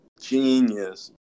Genius